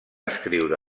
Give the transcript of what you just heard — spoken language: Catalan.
escriure